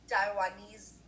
Taiwanese